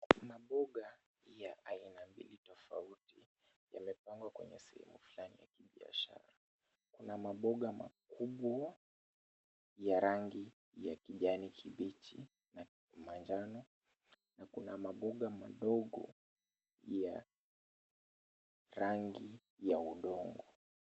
Maboga ya aina mbili tofauti yamepangwa kwenye sehemu fulani ya kibiashara. Kuna maboga makubwa ya rangi ya kijani kibichi na manjano na kuna maboga madogo ya rangi ya udongo.